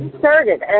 started